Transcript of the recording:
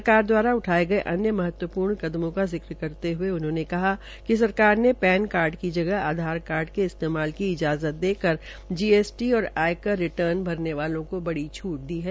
सरकार द्वारा उठाये गये अन्य महत्वपूर्ण कदमों का जिक्र करते हये उन्होंने कहा कि सरकार ने पेनकार्ड की जगह आधारकार्ड के इस्तेमाल की इजाज़त दे कर जीएसटी और आय कर भरने वालों को बड़ी छट दी है